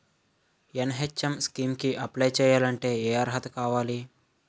NHM scheme కి apply చేయాలి అంటే ఏ అర్హత కావాలి?